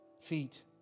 feet